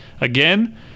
again